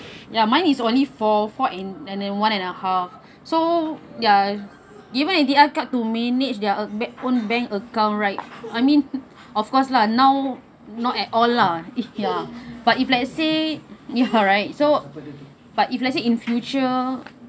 ya mine is only four four in and then one and a half so ya even if ask them to manage their own bank account right I mean of course lah now not at all lah ya but if let's say ya right so but if let's say in future